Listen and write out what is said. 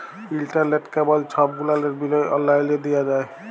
ইলটারলেট, কেবল ছব গুলালের বিল অললাইলে দিঁয়া যায়